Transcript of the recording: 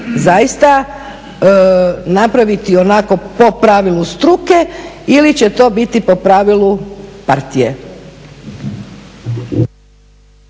zaista napraviti onako po pravilu struke ili će to biti po pravilu partije?